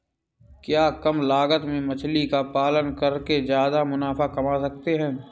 क्या कम लागत में मछली का पालन करके ज्यादा मुनाफा कमा सकते हैं?